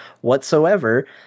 whatsoever